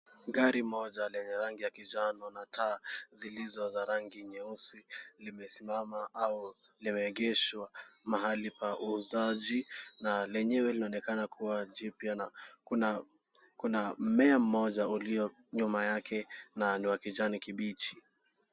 Gari moja lenye rangi ya kijano na taa zilizo za rangi nyeusi limesimama au limeegeshwa mahali pa uuzaji. Na lenyewe linaonekana kuwa jipya na kuna mmea mmoja ulio nyuma yake na ni wa kijani kibichi.